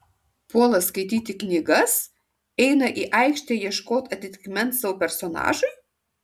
puola skaityti knygas eina į aikštę ieškot atitikmens savo personažui